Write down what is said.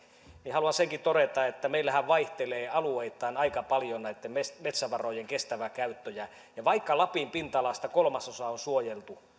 niin haluan senkin todeta että meillähän vaihtelee alueittain aika paljon näitten metsävarojen kestävä käyttö ja ja vaikka lapin pinta alasta kolmasosa on suojeltu